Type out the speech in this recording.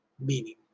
Meaning